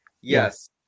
yes